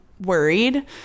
worried